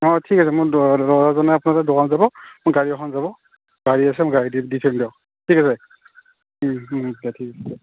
অ ঠিক আছে দোকান যাব গাড়ী এখন যাব গাড়ী আছে দিম দিয়ক ঠিক আছে ওম ওম দে ঠিক আছে